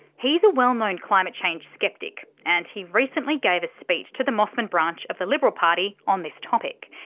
he's a well known climate change sceptic and he recently gave a speech to the mosman branch of the liberal party on this topic.